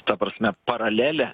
ta prasme paralelę